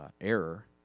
error